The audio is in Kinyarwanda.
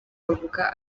bavuga